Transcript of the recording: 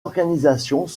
organisations